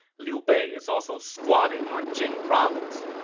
liu bei is also squatting on jing province.